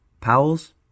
Powell's